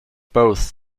both